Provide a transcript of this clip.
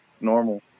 normal